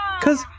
Cause